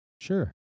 Sure